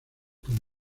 tan